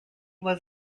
was